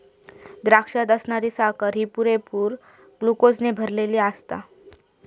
द्राक्षात असणारी साखर ही पुरेपूर ग्लुकोजने भरलली आसता